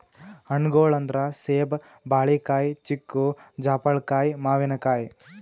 ಹಣ್ಣ್ಗೊಳ್ ಅಂದ್ರ ಸೇಬ್, ಬಾಳಿಕಾಯಿ, ಚಿಕ್ಕು, ಜಾಪಳ್ಕಾಯಿ, ಮಾವಿನಕಾಯಿ